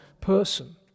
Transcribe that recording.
person